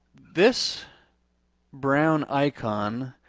this brown icon,